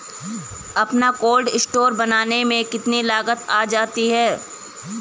अपना cold store बनाने में कितनी लागत आ जाती है?